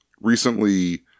recently